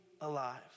alive